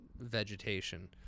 vegetation